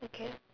okay